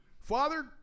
Father